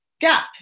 gap